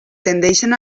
tendeixen